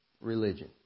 religion